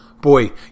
Boy